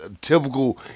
typical